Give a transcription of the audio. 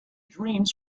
dreams